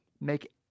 make